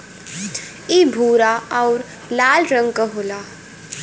इ भूरा आउर लाल रंग क होला